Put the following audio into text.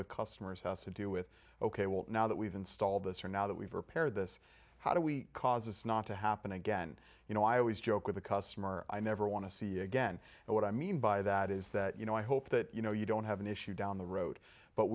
with customers has to do with ok well now that we've installed this or now that we've repaired this how do we cause it's not to happen again you know i always joke with a customer i never want to see it again and what i mean by that is that you know i hope that you know you don't have an issue down the road but